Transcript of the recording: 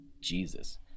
Jesus